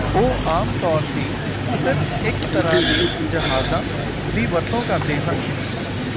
ਉਹ ਆਮ ਤੌਰ 'ਤੇ ਸਿਰਫ਼ ਇੱਕ ਤਰ੍ਹਾਂ ਦੇ ਜਹਾਜ਼ਾਂ ਦੀ ਵਰਤੋਂ ਕਰਦੇ ਹਨ